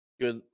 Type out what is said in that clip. good